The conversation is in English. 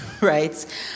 right